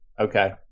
Okay